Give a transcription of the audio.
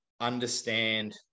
understand